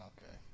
Okay